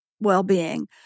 well-being